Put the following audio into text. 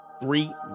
three